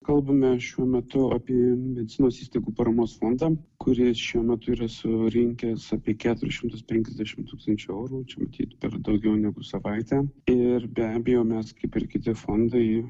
kalbame šiuo metu apie medicinos įstaigų paramos fondą kuris šiuo metu yra surinkęs apie keturis šimtus penkiasdešimt tūkstančių eurų čia matyt per daugiau negu savaitę ir be abejo mes kaip ir kiti fondai